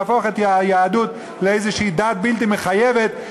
להפוך את היהדות לאיזו דת בלתי מחייבת,